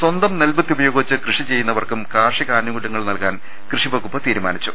സ്വന്തം നെൽവിത്തുപയോഗിച്ച് കൃഷി ചെയ്യുന്നവർക്കും കാർഷി കാനുകൂലൃങ്ങൾ നൽകാൻ കൃഷി വകുപ്പ് തീരുമാനിച്ചു